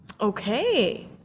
Okay